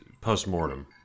post-mortem